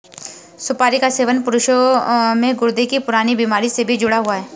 सुपारी का सेवन पुरुषों में गुर्दे की पुरानी बीमारी से भी जुड़ा हुआ है